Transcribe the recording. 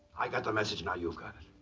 i got the message, now you got it.